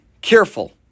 careful